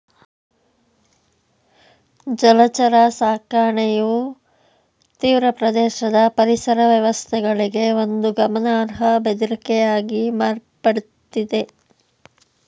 ಜಲಚರ ಸಾಕಣೆಯು ತೀರಪ್ರದೇಶದ ಪರಿಸರ ವ್ಯವಸ್ಥೆಗಳಿಗೆ ಒಂದು ಗಮನಾರ್ಹ ಬೆದರಿಕೆಯಾಗಿ ಮಾರ್ಪಡ್ತಿದೆ